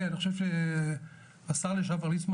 אני חושב שהשר לשעבר ליצמן,